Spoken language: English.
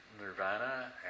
nirvana